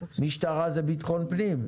משטרה זה ביטחון פנים,